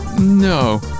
no